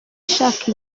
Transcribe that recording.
ashaka